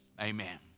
Amen